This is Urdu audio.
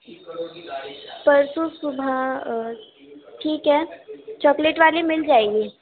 کل تو صبح ٹھیک ہے چاکلیٹ والی مل جائے گی